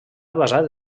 basat